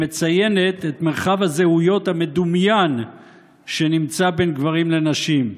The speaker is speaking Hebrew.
שמציינת את מרחב הזהויות המדומיין שנמצא בין גברים לנשים,